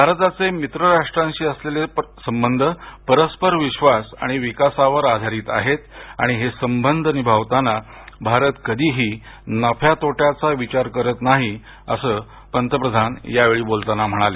भारताचे मित्र राष्ट्रांशी असलेले संबंध परस्पर विश्वास आणि विकासावर आधारित आहेत आणि हे संबंध निभावताना भारत कधीही नफ्या तोट्याचा विचार करत नाही असं पंतप्रधान यावेळी बोलताना म्हणाले